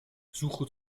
suche